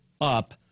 up